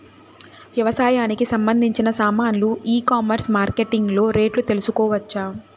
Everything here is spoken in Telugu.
వ్యవసాయానికి సంబంధించిన సామాన్లు ఈ కామర్స్ మార్కెటింగ్ లో రేట్లు తెలుసుకోవచ్చా?